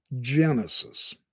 Genesis